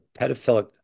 pedophilic